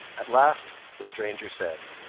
at last the stranger said,